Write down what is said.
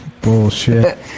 bullshit